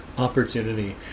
Opportunity